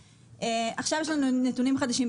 עכשיו יש לנו נתונים חדשים.